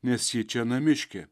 nes ji čia namiškė